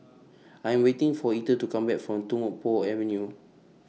I Am waiting For Ether to Come Back from Tung Po Avenue